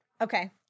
Okay